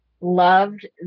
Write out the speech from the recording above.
loved